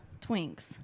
twinks